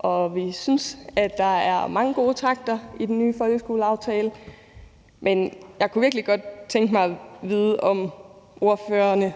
og vi synes, at der er mange gode takter i den nye folkeskoleaftale, men jeg kunne virkelig godt tænke mig at vide, om ordførerne